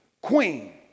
queen